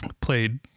played